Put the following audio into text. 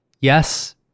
Yes